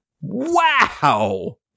Wow